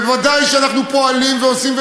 וודאי שאנחנו פועלים ועושים,